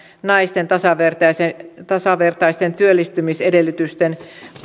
naisten tasavertaisten tasavertaisten työllistymisedellytysten